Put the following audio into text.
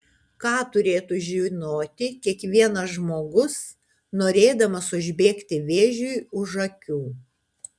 ką turėtų žinoti kiekvienas žmogus norėdamas užbėgti vėžiui už akių